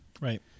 Right